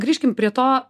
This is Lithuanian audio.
grįžkim prie to